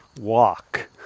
walk